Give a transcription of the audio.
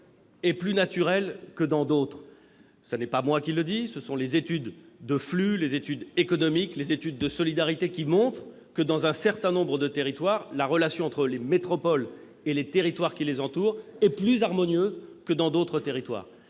est plus naturel. Ce n'est pas moi qui le dis, mais les études de flux, les études économiques et les études de solidarité. Ces dernières montrent que, dans un certain nombre d'endroits, la relation entre les métropoles et les territoires qui les entourent est plus harmonieuse que dans d'autres. Il est